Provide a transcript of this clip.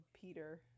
Peter